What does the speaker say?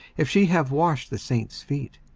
if she have washed the saints' feet,